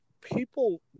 people